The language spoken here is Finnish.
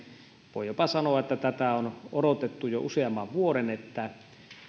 voi jopa sanoa että tätä on odotettu jo useamman vuoden että